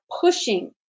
pushing